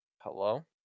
Hello